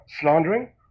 Slandering